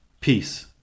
Peace